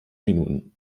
minuten